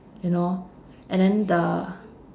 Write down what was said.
you know and then the